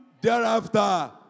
thereafter